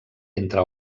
entre